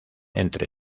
entre